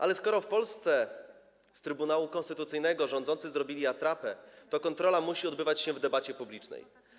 Ale skoro w Polsce z Trybunału Konstytucyjnego rządzący zrobili atrapę, to kontrola musi odbywać się w debacie publicznej.